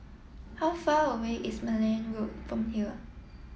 how far away is Malan Road from here